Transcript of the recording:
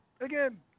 again